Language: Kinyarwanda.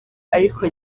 ariko